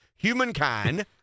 Humankind